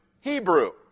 Hebrew